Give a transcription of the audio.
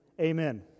Amen